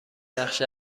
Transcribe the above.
نقش